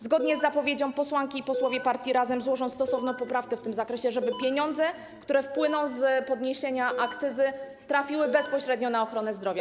Zgodnie z zapowiedzią posłanki i posłowie partii Razem złożą stosowną poprawkę w tym zakresie, żeby pieniądze, które wpłyną z podniesienia akcyzy, trafiły bezpośrednio na ochronę zdrowia.